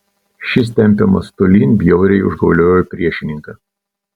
šis tempiamas tolyn bjauriai užgauliojo priešininką